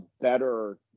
better